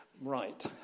Right